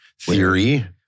theory